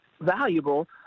valuable